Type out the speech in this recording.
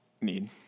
need